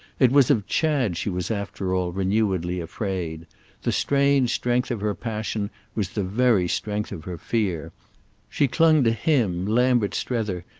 it was of chad she was after all renewedly afraid the strange strength of her passion was the very strength of her fear she clung to him, lambert strether,